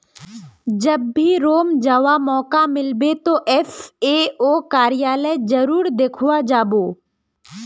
जब भी रोम जावा मौका मिलबे तो एफ ए ओ कार्यालय जरूर देखवा जा बो